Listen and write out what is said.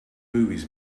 movies